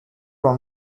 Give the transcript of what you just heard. from